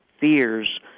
fears